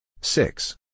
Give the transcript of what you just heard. Six